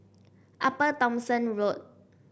Upper Thomson Road